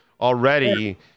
already